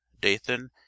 Dathan